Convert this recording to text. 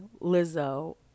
Lizzo